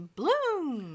bloom